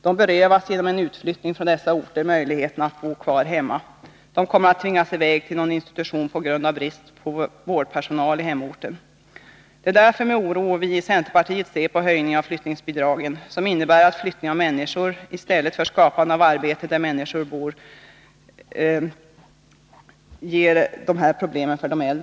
De berövas genom en utflyttning från dessa orter möjligheten att bo kvar hemma. De kommer att tvingas iväg till någon institution på grund av brist på vårdpersonal i hemorten. Det är därför med oro vi i centerpartiet ser på höjningen av flyttningsbidragen, som innebär en flyttning av människor i stället för skapande av arbete där människor bor.